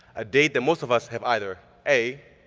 a date that most of us have either a,